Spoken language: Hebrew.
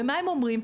ומה הם אומרים,